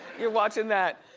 you're watchin' that.